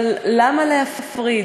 אבל למה להפריד?